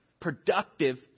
productive